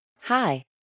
Hi